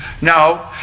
No